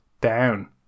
down